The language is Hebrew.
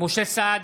משה סעדה,